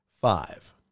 five